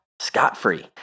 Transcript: scot-free